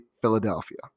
Philadelphia